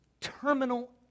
terminal